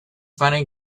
funny